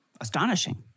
astonishing